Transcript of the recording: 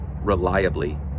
reliably